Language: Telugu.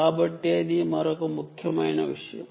కాబట్టి అది మరొక ముఖ్యమైన విషయం